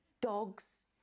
dogs